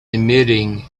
emitting